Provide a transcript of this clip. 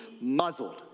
muzzled